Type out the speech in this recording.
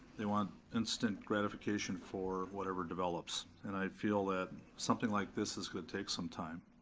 they want instant gratification for whatever develops. and i feel that something like this is gonna take some time.